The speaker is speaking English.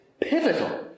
pivotal